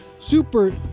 super